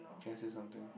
can I say something